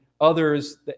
others